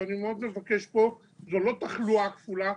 אני מאוד מבקש, זו לא תחלואה כפולה,